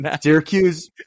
Syracuse